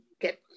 get